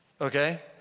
okay